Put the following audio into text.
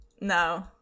No